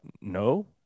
no